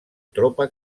tropa